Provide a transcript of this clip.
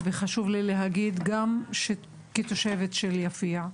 וחשוב לי להגיד גם כתושבת של יפיע,